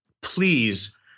please